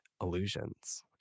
illusions